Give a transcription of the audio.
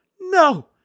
No